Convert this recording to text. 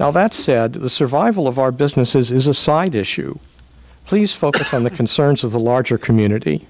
now that said the survival of our businesses is a side issue please focus on the concerns of the larger community